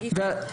אי-אפשר.